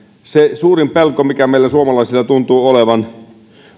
se suurin pelko mikä meillä suomalaisilla tuntuu olevan